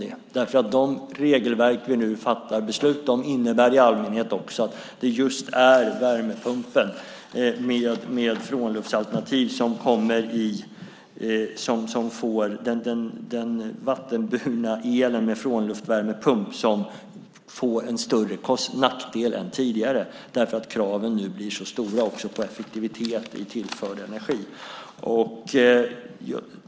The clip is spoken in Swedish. De regelverk vi nu fattar beslut om innebär i allmänhet att det är just vattenburen el med frånluftsvärmepump som får större nackdelar än tidigare, därför att kraven på effektivitet i tillförd energi nu blir så stora.